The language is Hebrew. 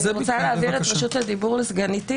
אני רוצה להעביר את רשות הדיבור לסגניתי,